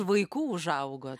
vaikų užaugo